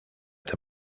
that